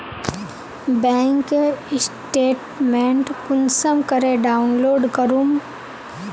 Bank statement कुंसम करे download करूम?